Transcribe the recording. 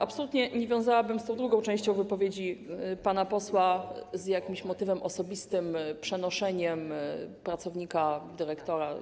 Absolutnie nie wiązałabym drugiej części wypowiedzi pana posła z jakimś motywem osobistym, z przenoszeniem pracownika czy dyrektora.